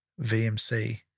VMC